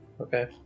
Okay